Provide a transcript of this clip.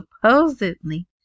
supposedly